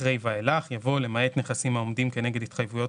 אחרי "ואילך" יבוא "למעט נכסים העומדים כנגד התחייבויות